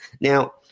Now